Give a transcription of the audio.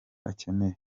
akeneye